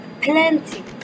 plenty